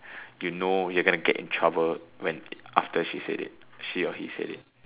you know your gonna get in trouble after she said it he or she said it